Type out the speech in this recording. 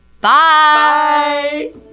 Bye